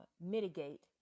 mitigate